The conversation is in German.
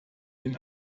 ihn